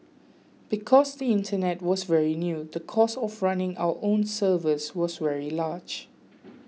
because the Internet was very new the cost of running our own servers was very large